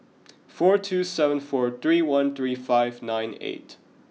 four two seven four three one three five nine eight